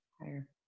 Higher